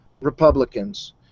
Republicans